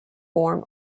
form